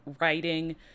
writing